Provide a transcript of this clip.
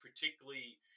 Particularly